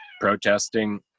protesting